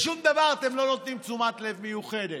לשום דבר אתם לא נותנים תשומת לב מיוחדת.